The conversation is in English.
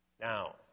Now